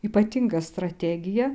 ypatinga strategija